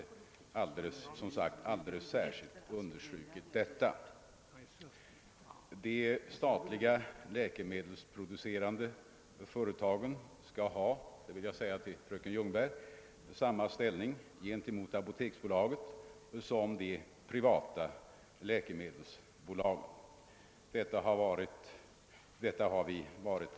Jag vill säga till fröken Ljungberg att de statliga läkemedelsproducerande företagen skall ha samma ställning som de privata läkemedelsbolagen har gentemot apoteksbolaget.